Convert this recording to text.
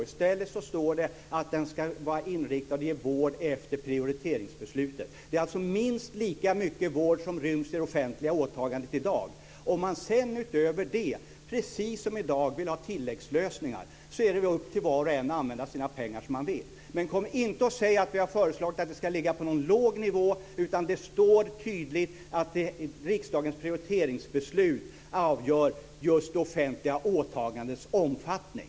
I stället står det att den ska vara inriktad på att ge vård efter prioriteringsbeslutet. Det är alltså minst lika mycket vård som ryms i det offentliga åtagandet i dag. Om man sedan utöver det, precis som i dag, vill ha tilläggslösningar så är det upp till var och en att använda sina pengar som man vill. Men kom inte och säg att vi har föreslagit att den ska ligga på en låg nivå! Det står tydligt att det är riksdagens prioriteringsbeslut som avgör det offentliga åtagandets omfattning.